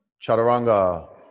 Chaturanga